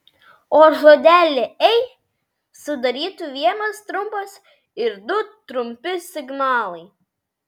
o žodelį ei sudarytų vienas trumpas ir du trumpi signalai